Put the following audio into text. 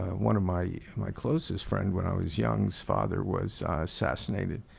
one of my yeah my closest friend when i was young, his father was assassinated